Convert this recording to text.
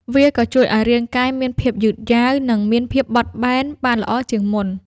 វាក៏ជួយឱ្យរាងកាយមានភាពយឺតយ៉ាវ និងមានភាពបត់បែនបានល្អជាងមុន។